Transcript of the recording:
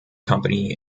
company